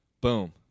Boom